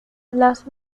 las